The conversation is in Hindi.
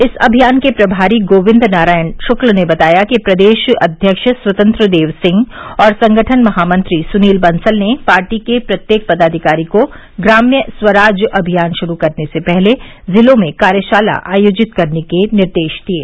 इस अभियान के प्रमारी गोविन्द नारायण शुक्ल ने बताया कि प्रदेश अध्यक्ष स्वतंत्र देव सिंह और संगठन महामंत्री सुनील बंसल ने पार्टी के प्रत्येक पदाधिकारी को ग्राम्य स्वराज अभियान शुरू करने से पहले जिलों में कार्यशाला आयोजित करने के निर्देश दिये